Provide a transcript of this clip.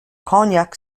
cognac